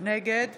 נגד